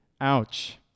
Ouch